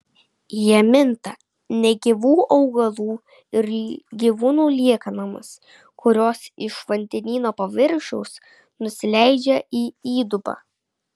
jie minta negyvų augalų ir gyvūnų liekanomis kurios iš vandenyno paviršiaus nusileidžia į įdubą